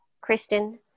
Kristen